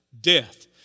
death